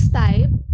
type